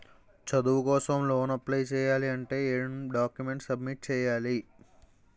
చదువు కోసం loan apply చేయాలి అంటే ఎం డాక్యుమెంట్స్ సబ్మిట్ చేయాలి?